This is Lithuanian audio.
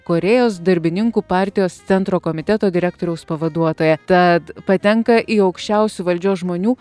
korėjos darbininkų partijos centro komiteto direktoriaus pavaduotoja tad patenka į aukščiausių valdžios žmonių